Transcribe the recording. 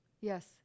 Yes